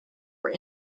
were